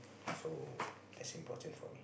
so that's important for me